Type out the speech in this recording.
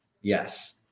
Yes